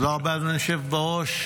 תודה רבה, אדוני היושב בראש.